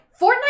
Fortnite